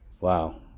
Wow